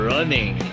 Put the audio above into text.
Running